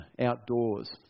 outdoors